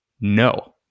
No